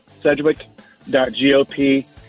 Sedgwick.gop